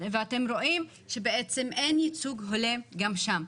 ורואים שבעצם אין ייצוג הולם גם שם.